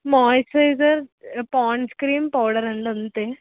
moisturiser Pond's cream powder అండి అంతే